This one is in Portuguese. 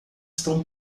estão